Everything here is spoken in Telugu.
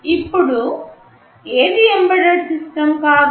ఇప్పుడు ఏది ఎంబెడెడ్ సిస్టమ్ కాదు